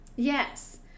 Yes